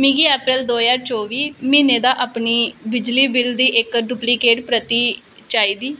मिगी अप्रैल दो ज्हार चौह्बी म्हीने दा अपनी बिजली बिल दी इक डुप्लीकेट प्रति चाहिदी